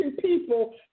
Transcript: people